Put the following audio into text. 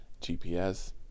GPS